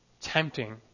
tempting